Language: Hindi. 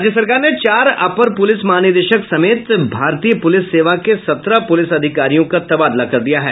राज्य सरकार ने चार अपर पूलिस महानिदेशक समेत भारतीय पूलिस सेवा के सत्रह पुलिस अधिकारियों का तबादला किया है